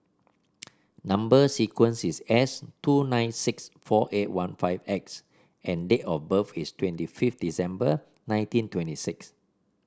number sequence is S two nine six four eight one five X and date of birth is twenty fifth December nineteen twenty six